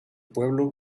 pueblo